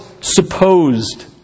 supposed